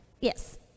yes